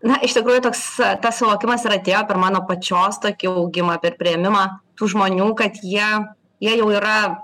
na iš tikrųjų toks tas suvokimas ir atėjo per mano pačios tokį augimą per priėmimą tų žmonių kad jie jie jau yra